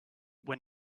when